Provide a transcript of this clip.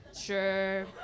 Sure